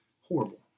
Horrible